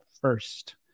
first